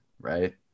right